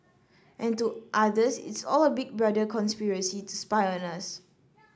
and to others it's all a big brother conspiracy to spy on us